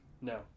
No